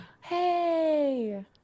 Hey